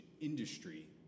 industry